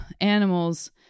animals